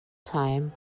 time